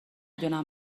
دونم